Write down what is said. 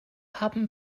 haben